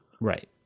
Right